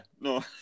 no